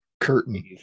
Curtain